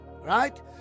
Right